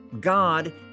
god